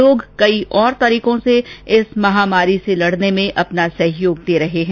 लोग कई और तरीकों से इस महामारी से लड़ने में अपना सहयोग दे रहे हैं